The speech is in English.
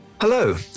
Hello